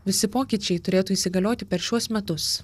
visi pokyčiai turėtų įsigalioti per šiuos metus